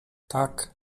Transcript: tak